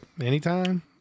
anytime